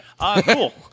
Cool